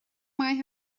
maith